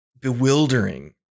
bewildering